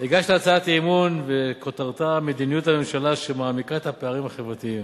הגשת הצעת אי-אמון וכותרתה: מדיניות הממשלה שמעמיקה את הפערים החברתיים.